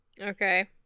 Okay